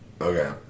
Okay